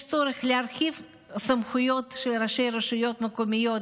יש צורך להרחיב סמכויות של ראשי רשויות מקומיות